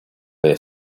lay